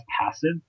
passive